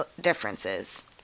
differences